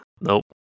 Nope